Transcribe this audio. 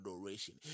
adoration